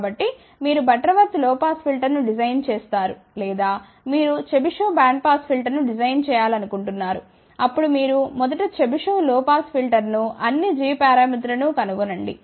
కాబట్టి మీరు Butterworth low pass ఫిల్టర్ను డిజైన్ చేస్తారు లేదా మీరు చెబిషెవ్ బ్యాండ్పాస్ ఫిల్టర్ను డిజైన్ చేయాలనుకుంటున్నారు అప్పుడు మీరు మొదట చెబిషెవ్ లో పాస్ ఫిల్టర్ను అన్ని g పారామితులను కనుగొనండి